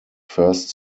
first